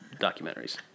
documentaries